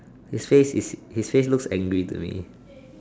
his face his face looks angry to me